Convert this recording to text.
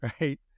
Right